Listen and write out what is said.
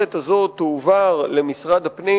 המערכת הזאת תועבר למשרד הפנים,